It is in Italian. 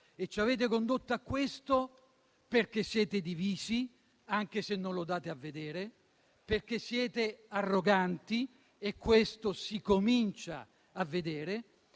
Ci avete condotto a questo perché siete divisi, anche se non lo date a vedere, perché siete arroganti - e questo si comincia a vedere